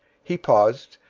he paused,